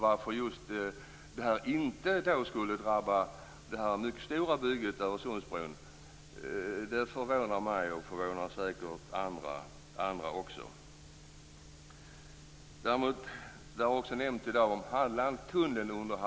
Varför just detta då inte skulle drabba det här mycket stora bygget, Öresundsbron, förvånar mig, och säkert andra också. Tunneln under Hallandsåsen har också nämnts i dag.